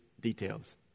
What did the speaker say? details